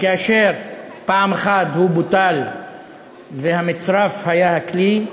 וכאשר פעם אחת הוא בוטל והמצרף היה הכלי,